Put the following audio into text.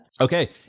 Okay